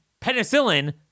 penicillin